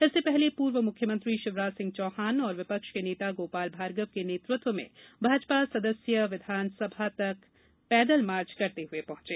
इससे पहले पूर्व मुख्यमंत्री शिवराज सिंह चौहान और विपक्ष के नेता गोपाल भार्गव के नेतृत्व में भाजपा सदस्य विधानसभा तक पैदल मार्च करते हुए पहुंचे